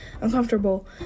Uncomfortable